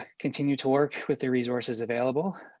continue to work with the resources available.